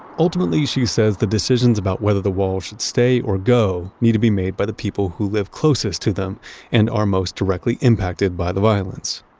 ultimately she says the decisions about whether the walls should stay or go need to be made by the people who live closest to them and are most directly impacted by the violence.